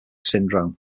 syndrome